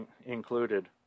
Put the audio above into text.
included